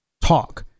talk